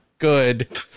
good